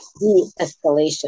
de-escalation